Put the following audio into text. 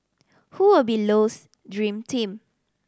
who will be Low's dream team